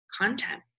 content